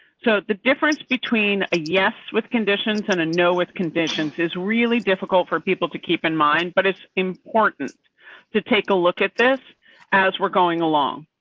so the difference between a yes. with conditions, and a know with conditions is really difficult for people to keep in mind, but it's important to take a look at this as we're going along.